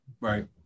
Right